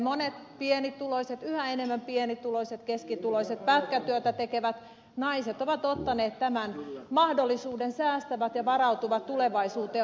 monet pienituloiset yhä enemmän pienituloiset keskituloiset pätkätyötä tekevät naiset ovat ottaneet tämän mahdollisuuden säästävät ja varautuvat tulevaisuuteen